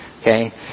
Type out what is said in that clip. Okay